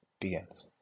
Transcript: begins